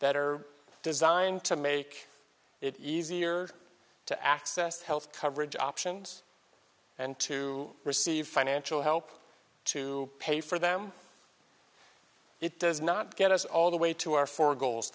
are designed to make it easier to access health coverage options and to receive financial help to pay for them it does not get us all the way to our four goals